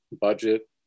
budget